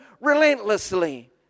relentlessly